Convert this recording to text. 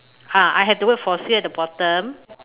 ah I have the word for sale at the bottom